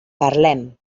parlem